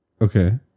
Okay